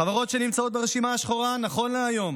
החברות שנמצאות ברשימה השחורה נכון להיום